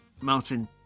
Martin